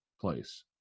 place